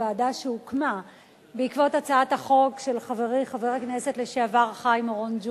ועדה שהוקמה בעקבות הצעת החוק של חברי חבר הכנסת לשעבר חיים אורון,